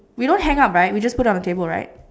we don't hang up right we just put it on the table right